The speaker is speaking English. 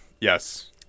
Yes